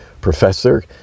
professor